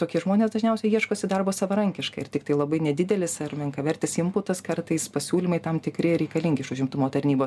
tokie žmonės dažniausiai ieškosi darbo savarankiškai ir tiktai labai nedidelis ar menkavertis imputas kartais pasiūlymai tam tikri reikalingi iš užimtumo tarnybos